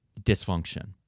dysfunction